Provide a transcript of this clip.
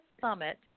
Summit